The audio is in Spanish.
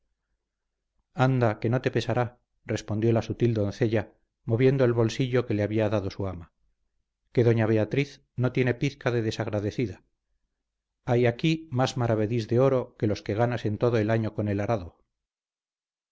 que no te pesará respondió la sutil doncella moviendo el bolsillo que le había dado su ama que doña beatriz no tiene pizca de desagradecida hay aquí más maravedís de oro que los que ganas en todo el año con el arado